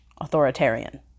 authoritarian